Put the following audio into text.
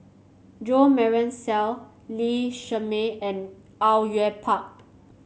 Jo Marion Seow Lee Shermay and Au Yue Pak